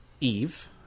Eve